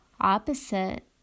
opposite